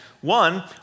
One